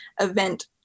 event